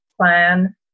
Plan